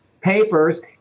papers